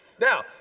Now